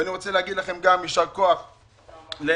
ואני רוצה להגיד לכם גם יישר כוח, היושב-ראש,